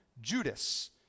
Judas